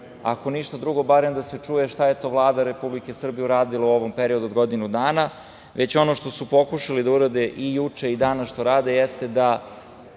ako ništa drugo, da se čuje šta je to Vlada Republike Srbije uradila u ovom periodu od godinu dana, već ono što su pokušali da urade i juče i danas što rade jeste da